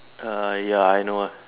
err ya I know ah